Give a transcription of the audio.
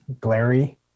glary